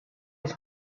his